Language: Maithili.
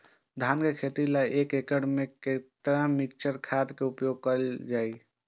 धान के खेती लय एक एकड़ में कते मिक्चर खाद के उपयोग करल जाय?